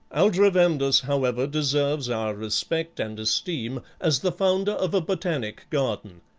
aldrovandus, however, deserves our respect and esteem as the founder of a botanic garden,